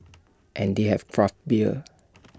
and they have craft beer